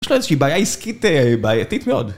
יש לו איזושהי בעיה עסקית בעייתית מאוד